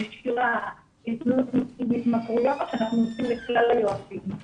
נשירה והתמכרויות שאנחנו עושים לכלל היועצים.